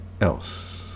else